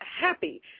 happy